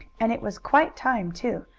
and it was quite time, too,